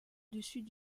dessus